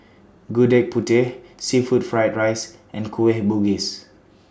Gudeg Putih Seafood Fried Rice and Kueh Bugis